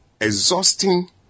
exhausting